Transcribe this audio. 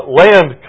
land